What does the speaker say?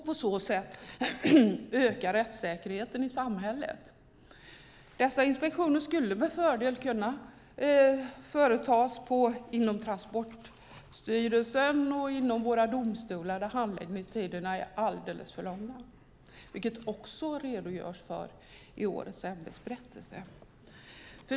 På så sätt kan rättssäkerheten öka i samhället. Dessa inspektioner skulle med fördel kunna företas inom Transportstyrelsen och inom våra domstolar där handläggningstiderna är alldeles för långa, vilket det också redogörs för i årets ämbetsberättelse.